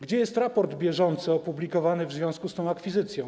Gdzie jest raport bieżący opublikowany w związku z tą akwizycją?